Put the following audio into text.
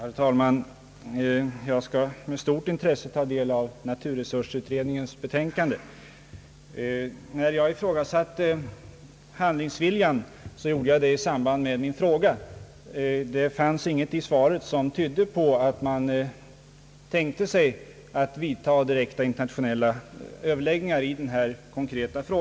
Herr talman! Jag skall med stort intresse ta del av naturresursutredningens betänkande. När jag ifrågasatte handlingsviljan gjorde jag det i samband med min fråga — i svaret fanns ingenting som tydde på att man övervägde direkta internationella överläggningar i denna konkreta sak.